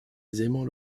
aisément